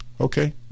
okay